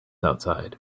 outside